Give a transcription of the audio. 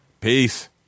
Peace